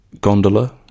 gondola